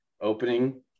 opening